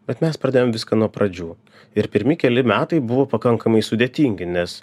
bet mes pradėjom viską nuo pradžių ir pirmi keli metai buvo pakankamai sudėtingi nes